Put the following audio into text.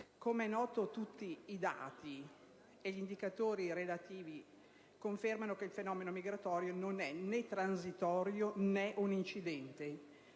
Come è noto, tutti i dati degli indicatori relativi confermano che il fenomeno migratorio non è né transitorio, né un incidente.